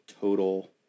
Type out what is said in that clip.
total